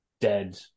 dead